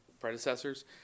predecessors